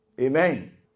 Amen